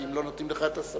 כי אם לא נותנים לך את הסמכות,